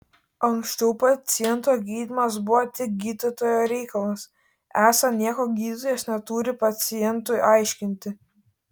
anksčiau paciento gydymas buvo tik gydytojo reikalas esą nieko gydytojas neturi pacientui aiškinti